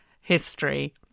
history